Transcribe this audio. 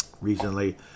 recently